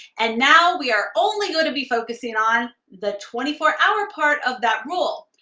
and now, we are only gonna be focus in on the twenty four hour part of that rule.